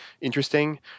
interesting